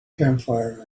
campfire